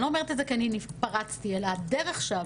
אני לא אומרת את זה כי אני פרצתי אלא הדרך שעברתי